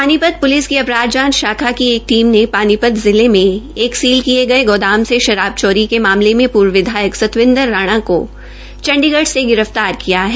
Panipat police की अपराध जांच शाखा की एक टीम ने पानीपत जिले में एक सील कियेगये गोदान से शराब चोरी के मामले में पूर्व विधायक संतविंदर राणा को चंडीगढ़ से गिर फ्तार किया है